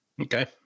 Okay